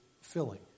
filling